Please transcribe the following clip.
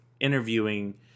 interviewing